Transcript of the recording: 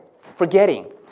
forgetting